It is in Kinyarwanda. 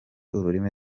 ururimi